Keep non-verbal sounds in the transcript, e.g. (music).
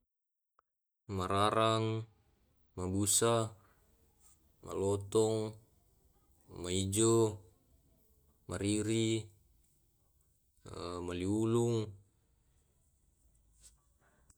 Mararang, mabusa, malotong, maijo, mariri, eh (hesitation) maliulung (noise)